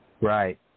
Right